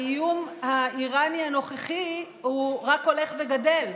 האיום האיראני הנוכחי הוא רק הולך וגדל.